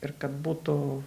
ir kad būtų